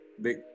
big